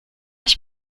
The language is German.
ich